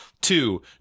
Two